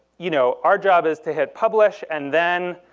you know our job is to hit publish, and then.